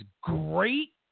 great